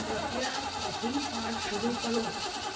कृपया coffee pot शुरू करो